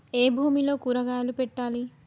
ఏ భూమిలో కూరగాయలు పెట్టాలి?